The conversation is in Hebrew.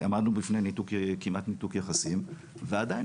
עמדנו בפני כמעט ניתוק יחסים ועדיין